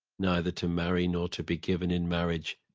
neither to marry nor to be given in marriage,